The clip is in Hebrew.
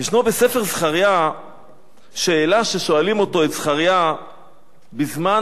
יש בספר זכריה שאלה ששואלים את זכריה בזמן